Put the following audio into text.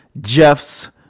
jeff's